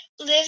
live